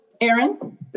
Aaron